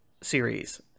series